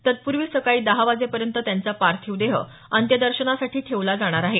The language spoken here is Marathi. तत्पूर्वी सकाळी दहा वाजेपर्यंत त्यांचा पार्थिवदेह अंत्यदर्शनासाठी ठेवला जाणार आहे